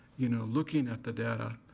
you know, looking at the data.